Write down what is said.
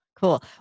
Cool